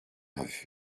hafif